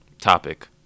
topic